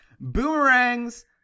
Boomerangs